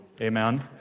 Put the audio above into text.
Amen